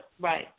Right